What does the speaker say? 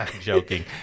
joking